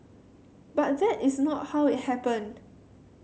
but that is not how it happened